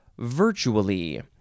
Virtually